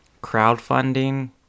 crowdfunding